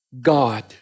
God